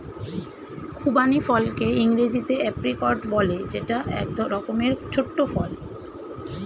খুবানি ফলকে ইংরেজিতে এপ্রিকট বলে যেটা এক রকমের ছোট্ট ফল